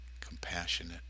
compassionate